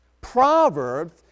Proverbs